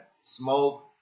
smoke